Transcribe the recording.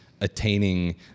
attaining